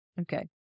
Okay